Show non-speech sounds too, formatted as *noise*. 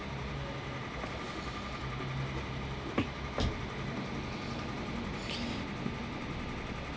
*breath*